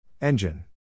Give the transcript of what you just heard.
Engine